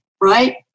right